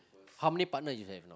how many partner you have now